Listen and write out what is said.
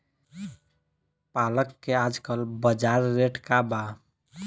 पालक के आजकल बजार रेट का बा?